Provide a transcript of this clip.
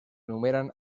enumeran